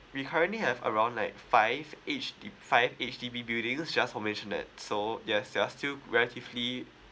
we currently have around like five H_D~ five H_D_B building just for mention that so yes there are still relatively